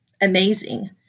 amazing